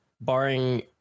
barring